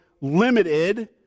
limited